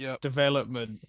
development